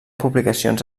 publicacions